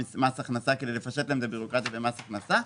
כדי לפשט להם את הבירוקרטיה במס הכנסה.